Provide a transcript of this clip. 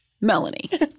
Melanie